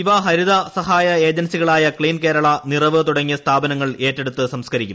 ഇവ ഹരിത സഹായ ഏജൻസികളായ ക്ലീൻ കേരള നിറവ് തുടങ്ങിയ സ്ഥാപനങ്ങൾ ഏറ്റെടുത്ത് സംസ്കരിക്കും